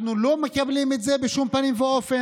אנחנו לא מקבלים את זה בשום פנים ואופן.